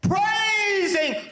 Praising